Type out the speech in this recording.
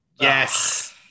Yes